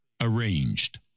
Arranged